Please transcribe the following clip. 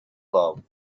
loved